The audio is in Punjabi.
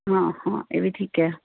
ਹਾਂ ਹਾਂ ਇਹ ਵੀ ਠੀਕ ਹੈ